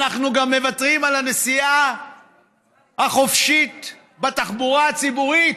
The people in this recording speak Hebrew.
אנחנו גם מוותרים על הנסיעה החופשית בתחבורה הציבורית,